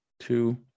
two